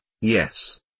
yes